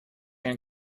ein